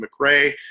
McRae